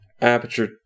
Aperture